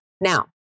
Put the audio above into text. Now